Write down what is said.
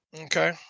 Okay